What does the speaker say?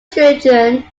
children